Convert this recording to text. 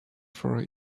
for